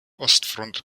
ostfront